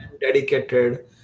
dedicated